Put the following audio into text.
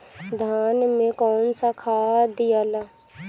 धान मे कौन सा खाद दियाला?